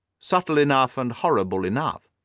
subtle enough and horrible enough.